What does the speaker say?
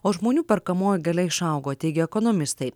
o žmonių perkamoji galia išaugo teigia ekonomistai